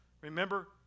Remember